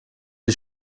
die